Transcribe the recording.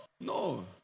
No